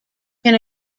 can